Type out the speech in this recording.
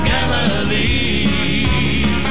Galilee